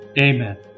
Amen